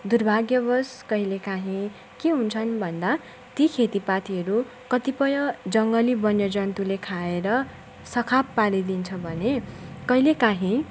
दुर्भाग्यवश कहिलेकाहीँ के हुन्छन् भन्दा ती खेतीपातीहरू कतिपय जङ्गली वन्यजन्तुले खाएर सखाप पारिदिन्छ भने कहिलेकाहीँ